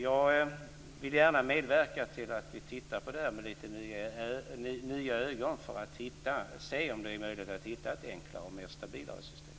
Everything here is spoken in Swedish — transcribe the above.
Jag vill gärna medverka till att vi tittar på detta med lite nya ögon för att se om det är möjligt att hitta ett enklare och mer stabilt system.